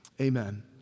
Amen